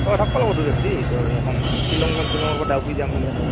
অঁ থাকপা লাগিব দুই ৰাতি তোৰ এক শ্বিলং যাম শ্বিলঙৰ পৰা ডাউকী যাম এনেকৈ ধৰ